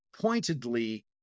pointedly